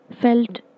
felt